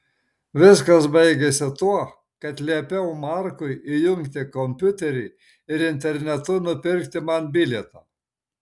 viskas baigėsi tuo kad liepiau markui įjungti kompiuterį ir internetu nupirkti man bilietą